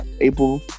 April